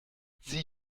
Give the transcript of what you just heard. sieh